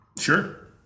Sure